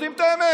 יודעים את האמת.